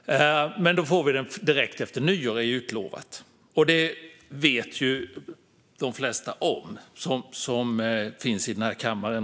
Vi får den direkt efter nyår, är det utlovat. Det vet de flesta som finns i den här kammaren.